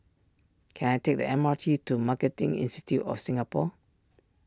can I take the M R T to Marketing Institute of Singapore